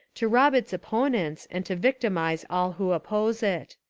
to rob its opponents, and to victimize all who oppose it.